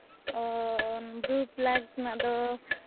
ᱚᱻ ᱵᱨᱩ ᱯᱞᱟᱜᱽ ᱨᱮᱱᱟᱜ ᱫᱚ